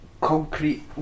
concrete